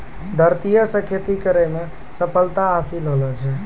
धरतीये से खेती करै मे सफलता हासिल होलो छै